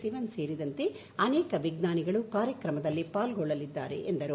ಸಿವನ್ ಸೇರಿದಂತೆ ಅನೇಕ ವಿಜ್ಞಾನಿಗಳು ಕಾರ್ಯಕ್ರಮದಲ್ಲಿ ಪಾಲ್ಗೊಳ್ಳಲಿದ್ದಾರೆ ಎಂದರು